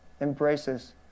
embraces